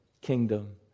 kingdom